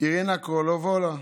אירנה קורולובה,